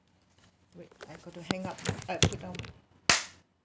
wait I got to hang up uh put down